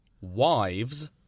wives